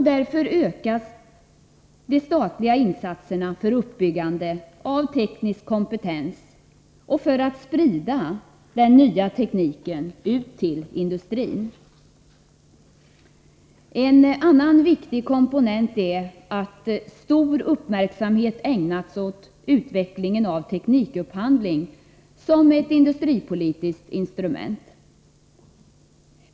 Därför ökas de statliga insatserna för uppbyggande av teknisk kompetens och för att sprida den nya tekniken ut till industrin. En annan viktig komponent är att stor uppmärksamhet ägnats åt utvecklingen av teknikupphandling som ett industripolitiskt instrument.